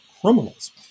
criminals